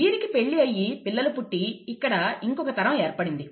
వీరికి పెళ్లి అయ్యి పిల్లలు పుట్టి ఇక్కడ ఇంకొక తరం ఏర్పడింది